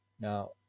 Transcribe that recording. Now